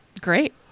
great